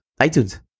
iTunes